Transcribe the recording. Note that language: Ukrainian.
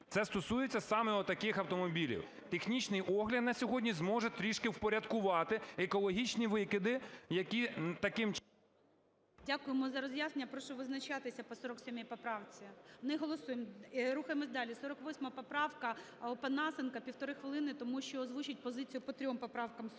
Це стосується саме отаких автомобілів, технічний огляд, на сьогодні, зможе трошки впорядкувати екологічні викиди, які таким чином… ГОЛОВУЮЧИЙ. Дякуємо за роз'яснення. Прошу визначатись по 47 поправці. Не голосуємо. Рухаємося далі, 48 поправка Опанасенка, півтори хвилини, тому що озвучить позицію по трьом поправкам: